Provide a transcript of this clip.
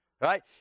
Right